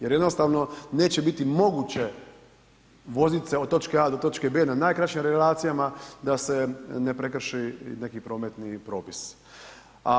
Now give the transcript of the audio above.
Jer jednostavno neće biti moguće voziti se od točke A do točke B na najkraćim relacijama, da se ne prekrši neki prometni propis.